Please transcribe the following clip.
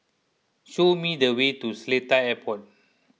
show me the way to Seletar Airport